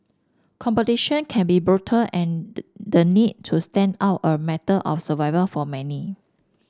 competition can be brutal and did the need to stand out a matter of survival for many